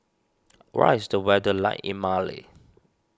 what is the weather like in Mali